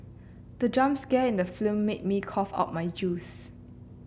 the jump scare in the film made me cough out my juice